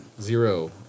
Zero